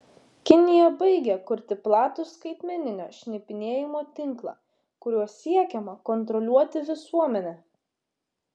kinija baigia kurti platų skaitmeninio šnipinėjimo tinklą kuriuo siekiama kontroliuoti visuomenę